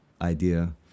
idea